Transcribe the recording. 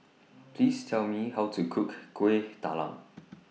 Please Tell Me How to Cook Kueh Talam